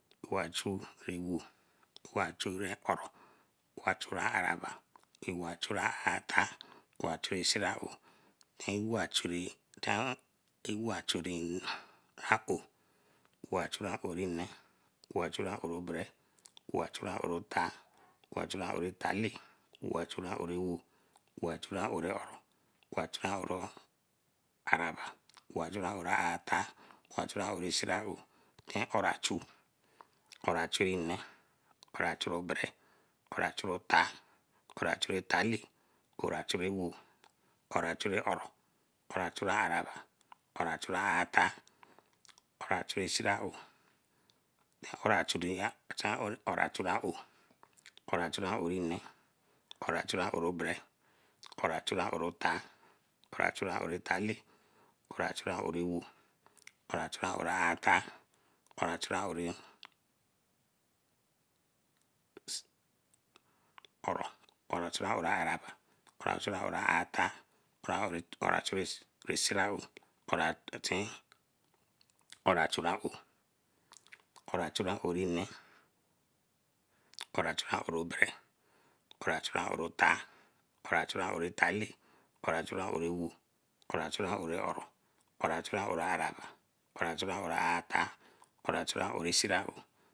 Wachu ewo, wachu oro, wachu oro araba, wachu siraou wa chu ore, wa chu ore nne, wa chu ore bere, wa chu ore atar, a chu ore talle, wa chu ore ewo, wa chu ore oro, wa chu ore araba, wa chu ore atar, wa chu ore siraou, kora chu, kora chu nne, kora chu obere, kora chu otar, kora chu talle, kora chu ewo, kora chu oro, kora chu araba, kora chu atar, kora chu siraou, kkora chu aowe, kora chu ore nne, kara chu ore bere, kora chu ore tar, kora chu ore talle, kora chu ore ewo, kora chu oro kora chu ore araba, kora chu ore atar, kora chu ore siraou, kora chu ore aowe, kora chura aowe nne, kora chu aowe obere, kora chu aowe tar, kora chu aowe talle, kora chu aowe ewo, kora chu aowe talle, kora chu aowe ewo, kora chu aowe oro, kora chu aowe araba, kora chu aowe atar, kora chu aowe siraou.